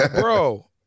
Bro